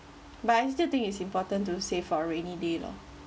but I still think it's important to save for a rainy day lor